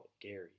Gary